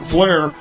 Flair